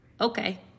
Okay